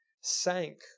sank